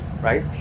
right